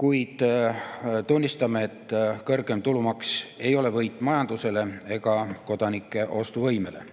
Kuid tunnistame, et kõrgem tulumaks ei ole võit majandusele ega kodanike ostuvõimele.